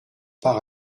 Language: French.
par